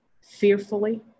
fearfully